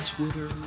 Twitter